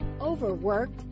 Overworked